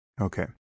Okay